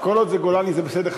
כל עוד זה גולני זה בסדר.